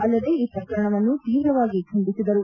ಅಲ್ಲದೇ ಈ ಪ್ರಕರಣವನ್ನು ತೀವ್ರವಾಗಿ ಖಂಡಿಸಿದರು